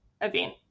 event